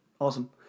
Awesome